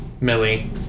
Millie